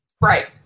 right